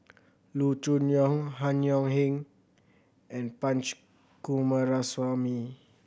Loo Choon Yong Han Yong Hong and Punch Coomaraswamy